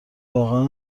واقعا